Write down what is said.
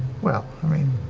well, i mean,